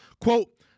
quote